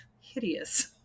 hideous